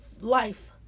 life